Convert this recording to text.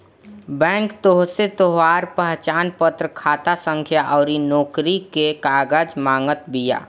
bank तोहसे तोहार पहचानपत्र, खाता संख्या अउरी नोकरी कअ कागज मांगत बिया